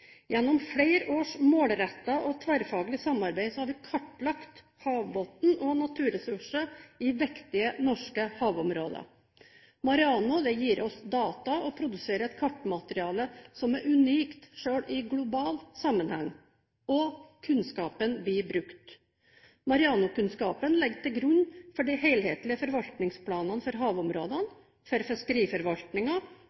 Gjennom flere års målrettet og tverrfaglig samarbeid har vi kartlagt havbunn og naturressurser i viktige norske havområder. MAREANO gir oss data og produserer et kartmateriale som er unikt selv i global sammenheng, og kunnskapen blir brukt. MAREANO-kunnskapen ligger til grunn for de helhetlige forvaltningsplanene for